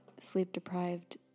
sleep-deprived